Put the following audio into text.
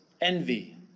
envy